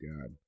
God